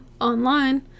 online